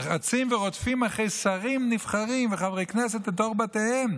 רצים ורודפים אחרי שרים נבחרים וחברי כנסת לתוך בתיהם,